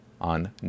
on